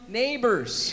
neighbors